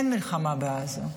אין מלחמה בעזה.